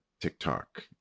TikTok